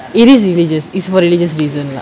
it is religious religious reason lah